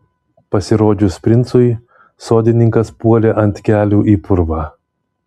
pasirodžius princui sodininkas puolė ant kelių į purvą